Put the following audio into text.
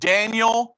Daniel